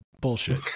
bullshit